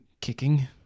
kicking